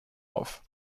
auf